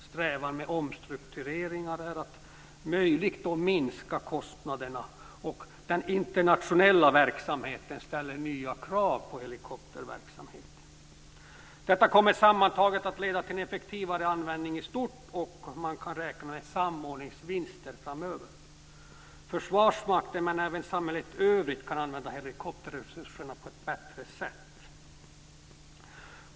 Strävan med omstruktureringen är att om möjligt minska kostnaderna. Den internationella verksamheten ställer också nya krav på helikopterverksamheten. Detta kommer sammantaget att leda till effektivare användning i stort, och man kan räkna med samordningsvinster framöver. Försvarsmakten men även samhället i övrigt kan använda helikopterresurserna på ett bättre sätt.